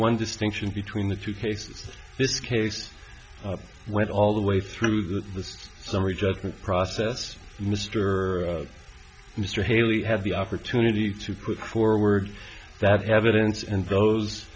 one distinction between the two cases this case went all the way through the summary judgment process mr mr haley had the opportunity to put forward that evidence and those